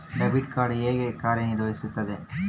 Debit card ಹೇಗೆ ಕಾರ್ಯನಿರ್ವಹಿಸುತ್ತದೆ?